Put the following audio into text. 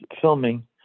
filming